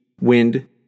wind